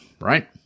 right